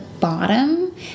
bottom